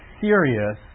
serious